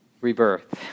rebirth